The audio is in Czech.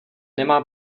nemá